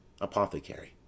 Apothecary